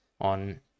on